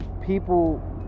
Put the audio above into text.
people